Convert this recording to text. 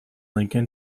lincoln